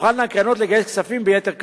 תוכלנה הקרנות לגייס כספים ביתר קלות.